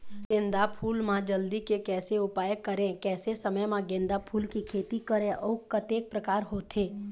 गेंदा फूल मा जल्दी के कैसे उपाय करें कैसे समय मा गेंदा फूल के खेती करें अउ कतेक प्रकार होथे?